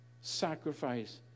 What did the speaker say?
sacrifice